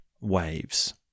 waves